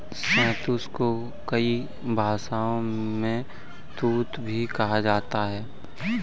शहतूत को कई भाषाओं में तूत भी कहा जाता है